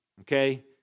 Okay